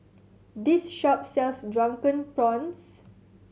this shop sells Drunken Prawns